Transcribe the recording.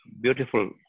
beautiful